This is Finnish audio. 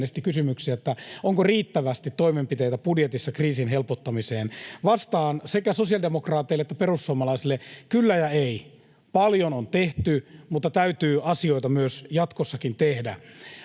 kysymyksiä siitä, onko riittävästi toimenpiteitä budjetissa kriisin helpottamiseksi. Vastaan sekä sosiaalidemokraateille että perussuomalaisille: kyllä ja ei. Paljon on tehty, mutta asioita täytyy jatkossakin tehdä.